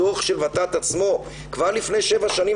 הדוח של ות"ת עצמו כבר לפני שבע שנים,